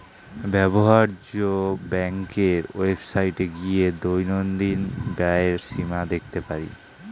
ব্যবহার্য ব্যাংকের ওয়েবসাইটে গিয়ে দৈনন্দিন ব্যয়ের সীমা দেখতে পারি